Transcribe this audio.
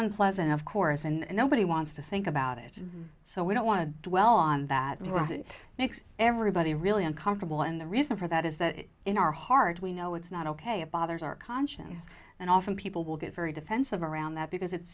on pleasant of course and nobody wants to think about it and so we don't want to dwell on that and what makes everybody really uncomfortable and the reason for that is that in our hearts we know it's not ok it bothers our conscience and often people will get very defensive around that because it's